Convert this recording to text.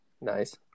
nice